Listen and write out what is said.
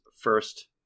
first